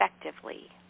effectively